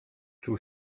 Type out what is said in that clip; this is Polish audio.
czuł